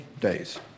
days